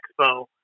Expo